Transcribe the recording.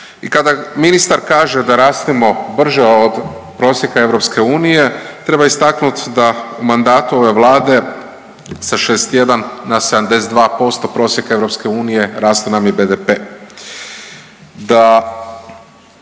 i kada ministar kaže da rastemo brže od prosjeka EU, treba istaknuti da u mandatu ove Vlade sa 61 na 72% prosjeka EU raste nam i BDP,